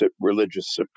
religious